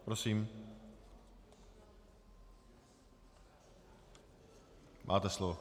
Prosím, máte slovo.